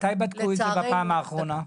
מתי בדקו את זה בפעם האחרונה?